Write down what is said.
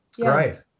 Great